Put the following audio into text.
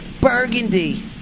burgundy